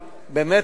באמת,